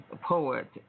poet